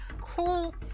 Cool